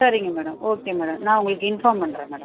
சரிங்க madam okay madam நான் உங்களுக்கு இன்ஃபார்ம் பண்ணுறேன் மேடம்